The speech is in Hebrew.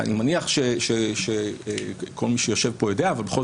אני מניח שכל מי שיושב כאן יודע אבל בכל